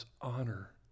honor